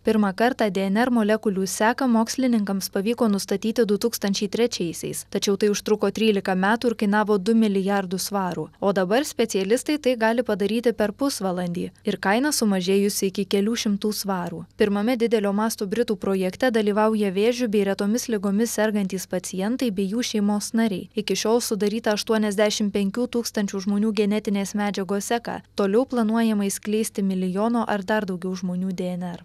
pirmą kartą dnr molekulių seką mokslininkams pavyko nustatyti du tūkstančiai trečiaisiais tačiau tai užtruko trylika metų ir kainavo du milijardus svarų o dabar specialistai tai gali padaryti per pusvalandį ir kaina sumažėjusi iki kelių šimtų svarų pirmame didelio masto britų projekte dalyvauja vėžiu bei retomis ligomis sergantys pacientai bei jų šeimos nariai iki šiol sudaryta aštuoniasdešimt penkių tūkstančių žmonių genetinės medžiagos seka toliau planuojama išskleisti milijono ar dar daugiau žmonių dnr